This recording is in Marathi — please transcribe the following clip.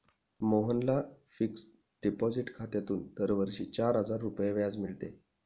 मोहनला फिक्सड डिपॉझिट खात्यातून दरवर्षी चार हजार रुपये व्याज मिळते